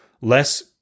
Less